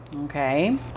Okay